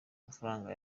amafaranga